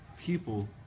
people